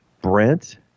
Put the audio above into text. Brent